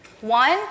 One